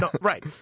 Right